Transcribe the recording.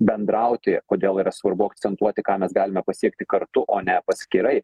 bendrauti kodėl yra svarbu akcentuoti ką mes galime pasiekti kartu o ne paskirai